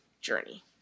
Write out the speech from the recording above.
journey